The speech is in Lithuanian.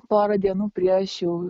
porą dienų prieš jau